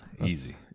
Easy